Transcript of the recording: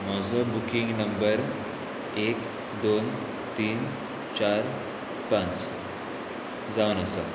म्हजो booking number एक दोन तीन चार पांच जावन आसा